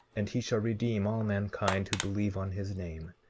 and he shall redeem all mankind who believe on his name.